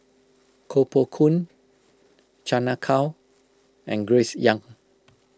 Koh Poh Koon Chan Ah Kow and Grace Young